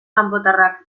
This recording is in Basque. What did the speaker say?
kanpotarrak